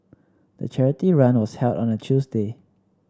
the charity run was held on a Tuesday